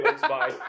Bye